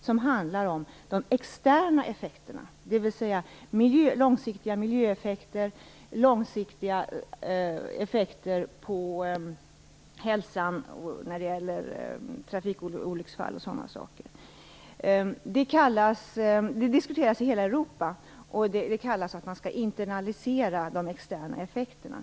Det handlar om de externa effekterna, dvs. långsiktiga miljöeffekter och långsiktiga effekter på hälsan; trafikolycksfall och sådana saker. Detta diskuteras i hela Europa, och det kallas att man skall internalisera de externa effekterna.